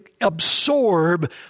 absorb